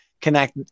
connect